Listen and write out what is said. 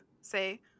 say